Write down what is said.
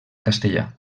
castellà